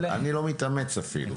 אני לא מתאמץ אפילו.